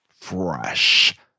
Fresh